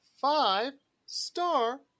five-star